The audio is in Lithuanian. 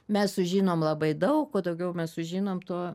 mes sužinom labai daug kuo daugiau mes sužinom tuo